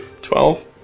Twelve